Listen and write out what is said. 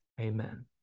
Amen